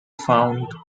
found